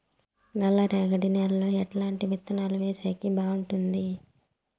నల్లరేగడి నేలలో ఎట్లాంటి విత్తనాలు వేసేకి బాగుంటుంది?